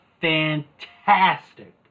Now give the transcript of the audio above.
fantastic